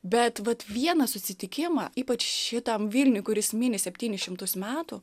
bet vat vieną susitikimą ypač šitam vilniui kuris mini septynis šimtus metų